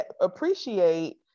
appreciate